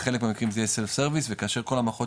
בחלק מהמקרים זה יהיה self service וכאשר כל המערכות